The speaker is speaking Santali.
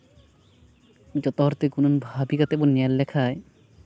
ᱡᱚᱛᱚ ᱦᱚᱲ ᱛᱮᱜᱮ ᱵᱷᱟᱹᱵᱤ ᱠᱟᱛᱮᱫ ᱵᱚᱱ ᱧᱮᱞ ᱞᱮᱠᱷᱟᱱ